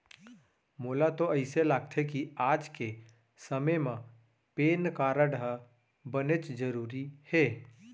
मोला तो अइसे लागथे कि आज के समे म पेन कारड ह बनेच जरूरी हे